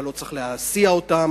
אתה לא צריך להסיע אותם,